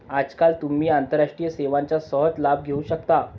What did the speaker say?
आजकाल तुम्ही आंतरराष्ट्रीय सेवांचा सहज लाभ घेऊ शकता